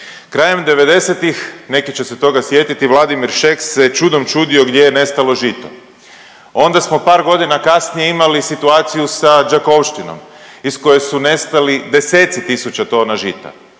Krajem '90.-tih, neki će se toga sjetiti, Vladimir Šeks se čudom čudio gdje je nestalo žito, onda smo par godina kasnije imali situaciju sa Đakovštinom iz koje su nestali deseci tisuća tona žita